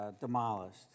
demolished